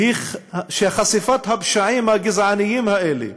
והיא שחשיפת הפשעים הגזעניים האלה